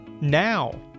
Now